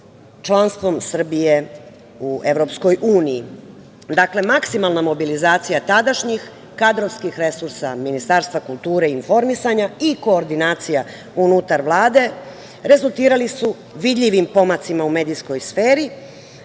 članstvom Srbije u EU.Dakle, maksimalna mobilizacija tadašnjih kadrovskih resursa Ministarstva kulture i informisanja i koordinacija unutar Vlade rezultirali su vidljivim pomacima u medijskoj sferi,